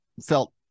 felt